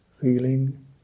feeling